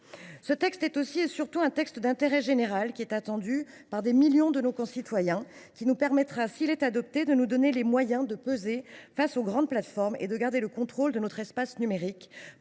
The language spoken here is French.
Il s’agit aussi et surtout d’un texte d’intérêt général, qui est attendu par des millions de nos concitoyens. S’il est adopté, il nous donnera les moyens de peser face aux grandes plateformes et de garder le contrôle de notre espace numérique